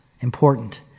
important